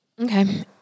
Okay